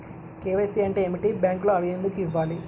KYC అంటే ఏమిటి? బ్యాంకులో అవి ఎందుకు ఇవ్వాలి?